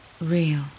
Real